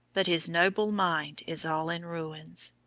but his noble mind is all in ruins.